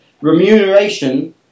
remuneration